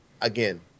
again